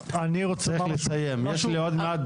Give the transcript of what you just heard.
פוגענית.